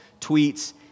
tweets